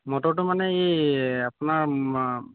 মটৰটো মানে ই আপোনাৰ